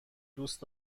دوست